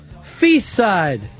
Feastside